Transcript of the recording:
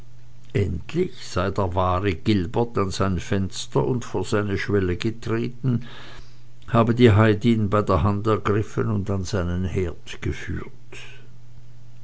endlich sei der wahre gilbert an sein fenster und vor seine schwelle getreten habe die heidin bei der hand ergriffen und an seinen herd geführt